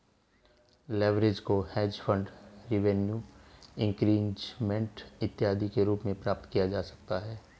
leverage को hedge fund revenue increment इत्यादि के रूप में प्राप्त किया जा सकता है